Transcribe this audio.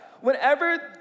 Whenever